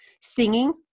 singing